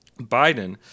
Biden